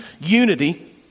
unity